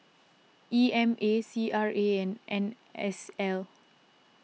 E M A C R A and N S L